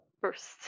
first